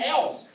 else